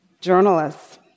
journalists